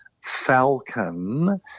Falcon